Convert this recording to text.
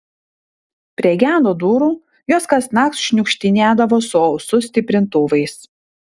prie gedo durų jos kasnakt šniukštinėdavo su ausų stiprintuvais